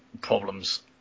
problems